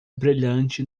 brilhante